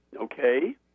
okay